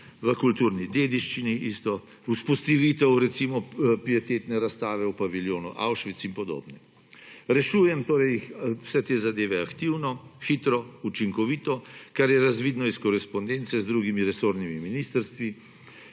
v kulturni dediščini isto, vzpostavitev, recimo, pietetne razstave v paviljonu Auschwitz in podobne. Rešujem torej vse te zadeve aktivno, hitro, učinkovito, kar je razvidno iz korespondence z drugimi resornimi ministrstvi,